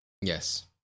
Yes